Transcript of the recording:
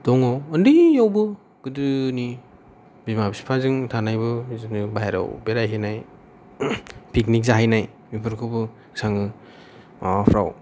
दङ उन्दै आवबो गोदोनि बिमा बिफाजों थानायबो बिदिनो बायरायाव बेरायहैनाय पिकनिक जाहैनाय बेफोरखौबो गोसखाङो माबाफ्राव